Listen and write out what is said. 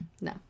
No